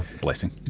Blessing